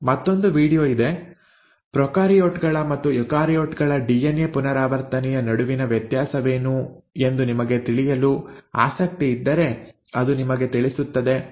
ಮತ್ತೊಂದು ವೀಡಿಯೊ ಇದೆ ಪ್ರೊಕಾರಿಯೋಟ್ ಗಳ ಮತ್ತು ಯುಕಾರಿಯೋಟ್ ಗಳ ಡಿಎನ್ಎ ಪುನರಾವರ್ತನೆಯ ನಡುವಿನ ವ್ಯತ್ಯಾಸವೇನು ಎಂದು ನಿಮಗೆ ತಿಳಿಯಲು ಆಸಕ್ತಿ ಇದ್ದರೆ ಅದು ನಿಮಗೆ ತಿಳಿಸುತ್ತದೆ